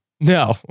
No